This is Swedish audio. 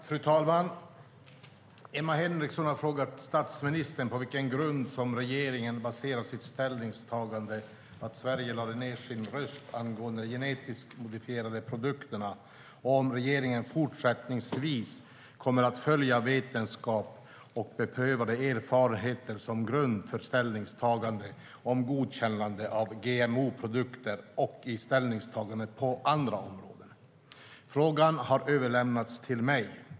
Fru talman! Emma Henriksson har frågat statsministern på vilken grund regeringen har baserat sitt ställningstagande att Sverige lade ned sin röst angående de genetiskt modifierade produkterna och om regeringen fortsättningsvis kommer att följa vetenskap och beprövad erfarenhet som grund för ställningstaganden om godkännande av GMO-produkter och i ställningstaganden på andra områden. Frågan har överlämnats till mig.